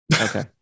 Okay